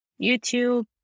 YouTube